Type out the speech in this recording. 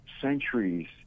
centuries